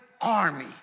army